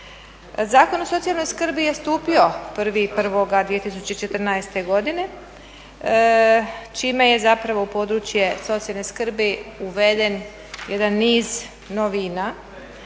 Zakon o socijalnoj skrbi je stupio 1.1.2014. godine čime je zapravo u područje socijalne skrbi uveden jedan niz novina.